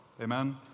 Amen